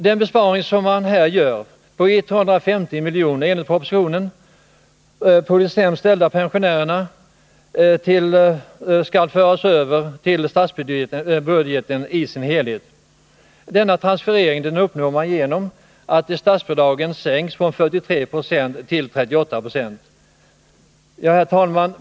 Den besparing på 150 milj.kr. som man enligt propositionen gör och som drabbar de sämst ställda pensionärerna skall föras över till statsbudgeten i sin helhet. Denna transferering uppnås genom att statsbidragen sänks från 43 9 till 38 96. Herr talman!